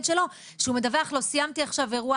שלו שהוא מדווח לו 'סיימתי עכשיו אירוע